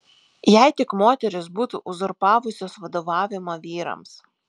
jei tik moterys būtų uzurpavusios vadovavimą vyrams